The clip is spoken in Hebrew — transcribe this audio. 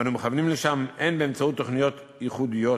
ואנו מכוונים לשם באמצעות תוכניות ייחודיות,